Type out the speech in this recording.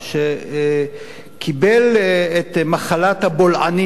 שקיבל את מחלת הבולענים.